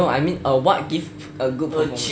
no I mean a what give a good performance